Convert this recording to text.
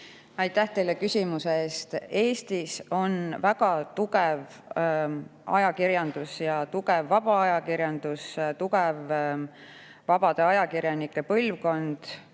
Aitäh teile küsimuse eest! Eestis on väga tugev ajakirjandus ja tugev vaba ajakirjandus, tugev vabade ajakirjanike põlvkond